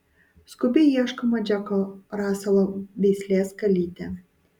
skubiai ieškoma džeko raselo veislės kalytė